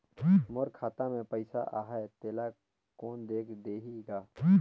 मोर खाता मे पइसा आहाय तेला कोन देख देही गा?